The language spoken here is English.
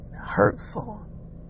Hurtful